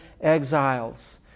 exiles